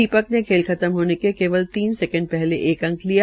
दीपक ने खेल खत्म होने के केवल तीन सेकेंड पहले एक अंक लिया